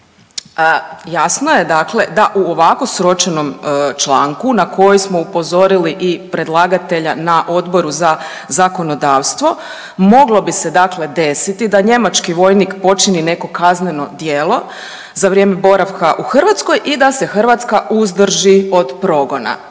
Jasno je dakle da u ovako sročenom članku na koji smo upozorili i predlagatelja na Odboru za zakonodavstvo, moglo bi se dakle desiti da njemački vojnik počini neko kazneno djelo za vrijeme boravka u Hrvatskoj i da se Hrvatska uzdrži od progona.